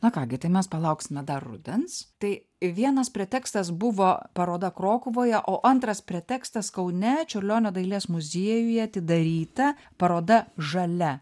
na ką gi mes palauksime dar rudens tai vienas pretekstas buvo paroda krokuvoj o antras pretekstas kaune čiurlionio dailės muziejuje atidaryta paroda žalia